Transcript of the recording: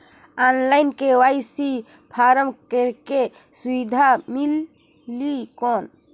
Online KYC form करेके सुविधा मिली कौन?